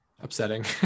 upsetting